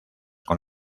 con